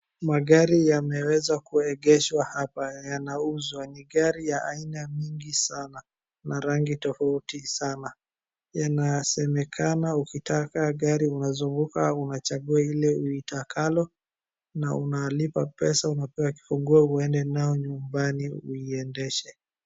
Magari yameweza kuegeshwa hapa yanauzwa, ni gari ya aina mingi sana na rangi tofauti sana. Yanasemekana ukitaka gari unazunguka au unachagua ile uiitakalo na unaalipa pesa unapewa kifunguo uende nayo nyumbani uiendeshe.